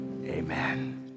Amen